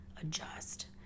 adjust